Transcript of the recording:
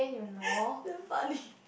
damn funny